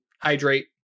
hydrate